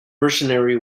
mercenary